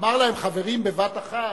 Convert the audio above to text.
אמר להם: חברים, בבת אחת?